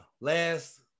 last